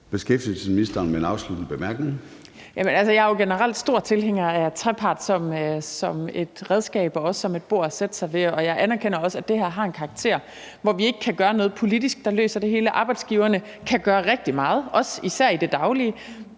Beskæftigelsesministeren (Ane Halsboe-Jørgensen): Jeg er jo generelt stor tilhænger af trepart som et redskab og også som et bord at sætte sig ved, og jeg anerkender også, at det her har en karakter, hvor vi ikke kan gøre noget politisk, der løser det hele. Arbejdsgiverne kan gøre rigtig meget, også og især i det daglige,